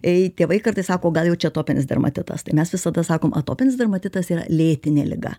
ei tėvai kartais sako gal jau čia atopinis dermatitas tai mes visada sakom atopinis dermatitas yra lėtinė liga